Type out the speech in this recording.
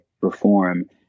perform